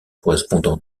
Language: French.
correspondant